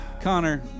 Connor